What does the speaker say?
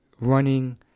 running